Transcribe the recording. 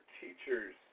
teachers